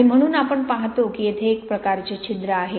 आणि म्हणून आपण पाहतो की येथे एक प्रकारचे छिद्र आहे